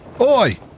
Oi